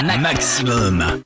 Maximum